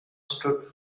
stood